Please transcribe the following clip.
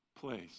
place